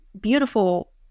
beautiful